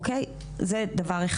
אוקיי, זה דבר אחד.